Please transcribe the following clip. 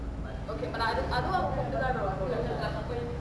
okay